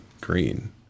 green